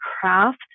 craft